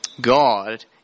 god